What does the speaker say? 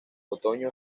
otoño